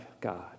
God